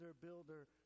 builder